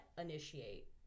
initiate